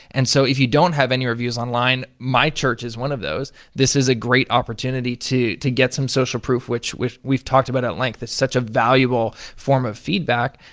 and so if you don't have any reviews online, my church is one of those, this is a great opportunity to to get some social proof, which we've talked about at length. it's such a valuable form of feedback,